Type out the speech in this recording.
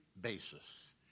basis